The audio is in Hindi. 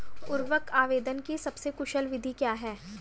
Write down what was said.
उर्वरक आवेदन की सबसे कुशल विधि क्या है?